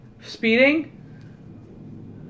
Speeding